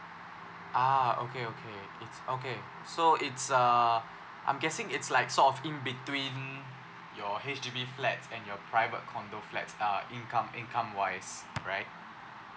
ah okay okay it's okay so it's uh I'm guessing it's like sort of in between your H_D_B flat and your private condo flats uh income income wise right